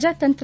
ಪ್ರಜಾತಂತ್ರ